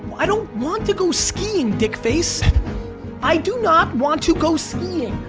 i don't want to go skiing, dick face i do not want to go skiing.